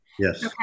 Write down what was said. Yes